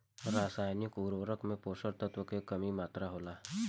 रसायनिक उर्वरक में पोषक तत्व के की मात्रा होला?